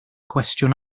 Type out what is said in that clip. gwestiwn